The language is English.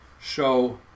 show